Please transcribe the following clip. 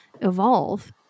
evolve